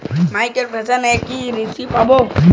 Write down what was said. Micro finance এ কি কি ঋণ পাবো?